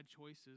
choices